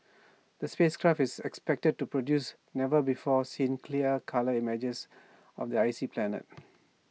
the space craft is expected to produce never before seen clear colour images of the icy planet